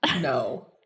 No